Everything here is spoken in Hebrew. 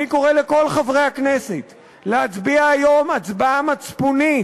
אני קורא לכל חברי הכנסת להצביע היום הצבעה מצפונית,